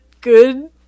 good